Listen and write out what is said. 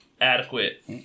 adequate